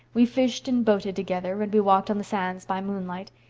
we fished and boated together and we walked on the sands by moonlight.